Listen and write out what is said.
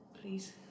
Please